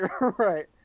right